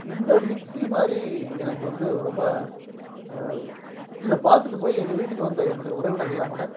இந்த மிக்ஸி மாதிரி எனக்கு வந்து ரொம்ப இத பார்த்துட்டு போய் எங்கள் வீட்டுக்கு வந்த என்னுடைய உறவினர்கள்லாம் கூட